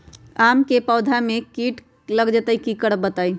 आम क पौधा म कीट लग जई त की करब बताई?